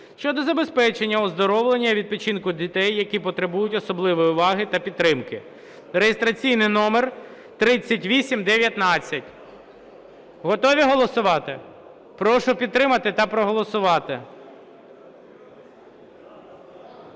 щодо забезпечення оздоровлення і відпочинку дітей, які потребують особливої уваги та підтримки (реєстраційний номер 3819). Готові голосувати? Прошу підтримати та проголосувати.